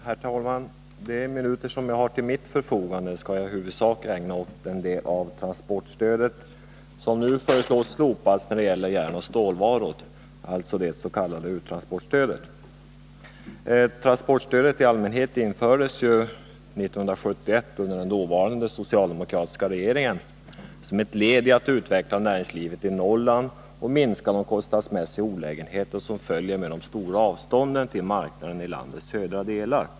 Herr talman! De minuter som jag har till mitt förfogande skall jag huvudsakligen ägna åt den del av transportstödet som nu föreslås bli slopad när det gäller järnoch stålvaror, alltså det s.k. uttransportstödet. Transportstödet i allmänhet infördes 1971 under den dåvarande socialdemokratiska regeringen, som ett led i att utveckla näringslivet i Norrland och för att minska de kostnadsmässiga olägenheter som följer med de stora avstånden till marknaderna i landets södra delar.